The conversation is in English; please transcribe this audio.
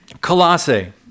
Colossae